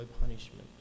punishment